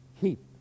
Keep